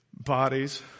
bodies